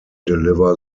deliver